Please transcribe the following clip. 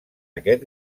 aquest